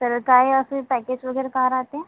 तर काही असे पॅकेज वगैरे का राहते